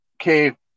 okay